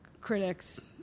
critics